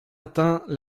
atteint